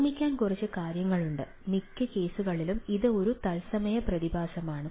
ഓർമിക്കാൻ കുറച്ച് കാര്യങ്ങളുണ്ട് മിക്ക കേസുകളിലും ഇത് ഒരു തത്സമയ പ്രതിഭാസമാണ്